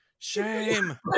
Shame